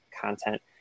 content